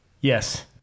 yes